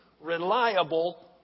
reliable